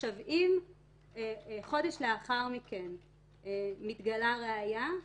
אם חודש לאחר מכן מתגלה ראייה,